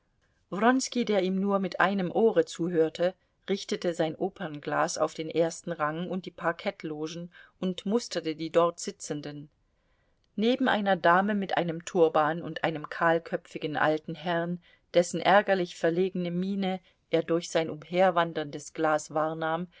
der ihm nur mit einem ohre zuhörte richtete sein opernglas auf den ersten rang und die parkettlogen und musterte die dort sitzenden neben einer dame mit einem turban und einem kahlköpfigen alten herrn dessen ärgerlich verlegene miene er durch sein umherwanderndes glas